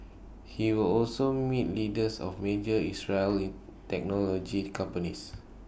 he will also meet leaders of major Israeli technology companies